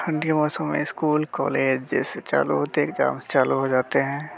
ठण्ड के मौसम में ईस्कूल कॉलेज जैसे चालू होते हैं एक्साम्स चालू हो जाते हैं